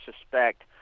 suspect